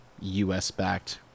U.S.-backed